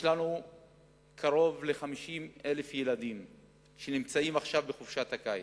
יש לנו קרוב ל-50,000 ילדים שנמצאים עכשיו בחופשת הקיץ.